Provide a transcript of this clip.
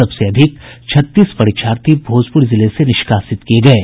सबसे अधिक छत्तीस परीक्षार्थी भोजपुर जिले से निष्कासित किये गये